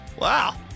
Wow